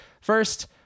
First